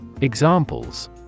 Examples